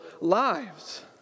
lives